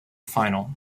final